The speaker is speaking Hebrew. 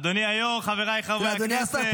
אדוני היושב-ראש, חבריי חברי הכנסת,